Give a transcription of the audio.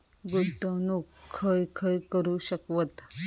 गुंतवणूक खय खय करू शकतव?